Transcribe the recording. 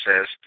says